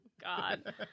God